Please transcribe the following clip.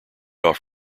off